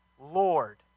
Lord